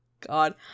God